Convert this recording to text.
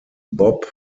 bob